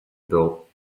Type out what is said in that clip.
built